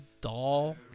doll